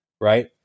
right